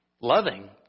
loving